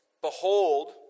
Behold